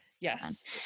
Yes